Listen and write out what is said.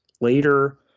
later